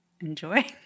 enjoy